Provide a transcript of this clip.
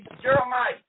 Jeremiah